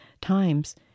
times